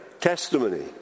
testimony